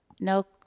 No